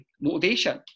motivation